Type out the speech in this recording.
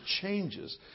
changes